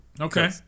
okay